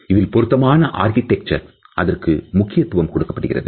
இதில் பொருத்தமான ஆர்க்கிடெக்சர் இதற்கு முக்கியத்துவம் கொடுக்கப்படுகிறது